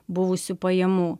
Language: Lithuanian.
buvusių pajamų